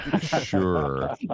Sure